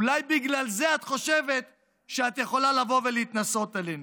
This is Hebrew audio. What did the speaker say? אולי בגלל זה את חושבת שאת יכולה לבוא ולהתנשא עלינו.